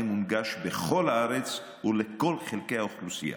מונגש בכל הארץ ולכל חלקי האוכלוסייה,